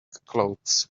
clothes